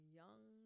young